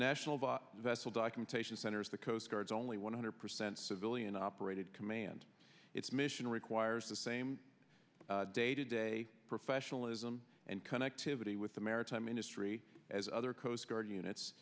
national vessel documentation center is the coast guard's only one hundred percent civilian operated command its mission requires the same day to day professionalism and connectivity with the maritime industry as other coast guard units